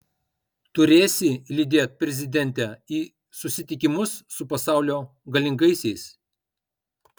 turėsi lydėt prezidentę į susitikimus su pasaulio galingaisiais